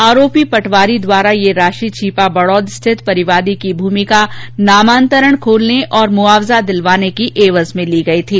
आरोपी पटवारी द्वारा यह राशि छिपाबड़ौद स्थित परिवादी की भूमि का नामांतरण खोलने तथा मुआवजा दिलवाने की एवज में ली गयी